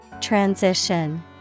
Transition